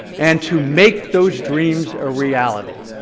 and to make those dreams a reality.